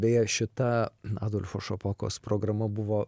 beje šita adolfo šapokos programa buvo